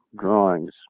drawings